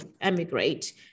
emigrate